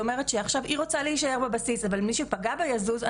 אומרת שהיא רוצה להישאר בבסיס אבל מי שפגע בה יזוז,